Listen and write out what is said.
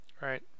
Right